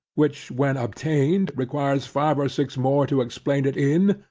which when obtained requires five or six more to explain it in,